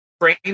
brain